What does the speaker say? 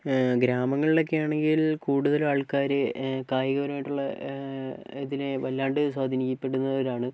ഗ്രാമങ്ങളിലൊക്കെ ആണെങ്കിൽ കൂടുതലും ആൾക്കാർ കായികപരമായിട്ടുള്ള ഇതിനെ വല്ലാണ്ട് സ്വാധീനിക്കപ്പെടുന്നവരാണ്